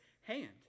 hand